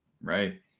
Right